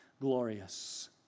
glorious